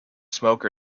smoke